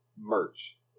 merch